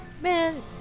Man